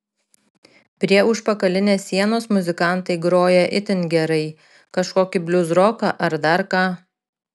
prie užpakalinės sienos muzikantai groja itin gerai kažkokį bliuzroką ar dar ką